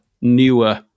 newer